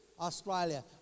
Australia